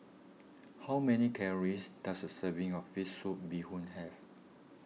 how many calories does a serving of Fish Soup Bee Hoon have